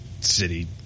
city